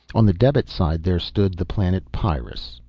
on the debit side there stood the planet pyrrus.